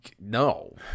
no